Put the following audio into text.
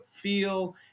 feel